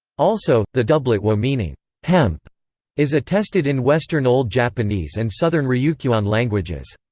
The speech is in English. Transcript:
also, the doublet wo meaning hemp is attested in western old japanese and southern ryukyuan languages.